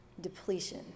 depletion